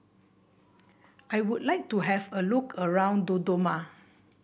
I would like to have a look around Dodoma